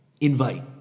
invite